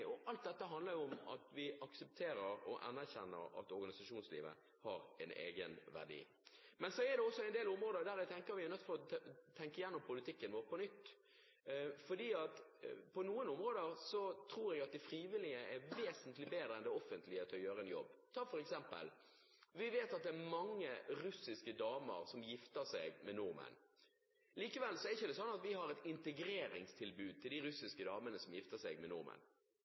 anerkjenner at organisasjonslivet har en egenverdi. Så er det også en del områder der jeg tenker vi er nødt til å tenke igjennom politikken vår på nytt, for på noen områder tror jeg de frivillige er vesentlig bedre enn det offentlige til å gjøre en jobb. For eksempel: Vi vet at det er mange russiske damer som gifter seg med nordmenn. Likevel har vi ikke et integreringstilbud til dem. Antakeligvis hadde det vært viktig om vi støttet en selvhjelpsorganisering eller en selvorganisering av russiske damer, gjerne under en paraplyorganisasjon som